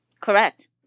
Correct